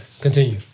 Continue